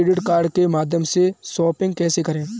Credit card के माध्यम से शॉपिंग कैसे करें?